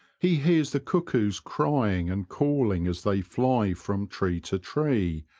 he hears the cuckoos crying and calling as they fly from tree to tree,